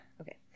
Okay